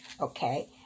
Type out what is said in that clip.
Okay